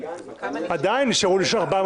עדיין נשארו לי 400,